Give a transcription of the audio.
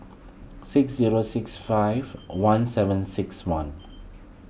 six zero six five one seven six one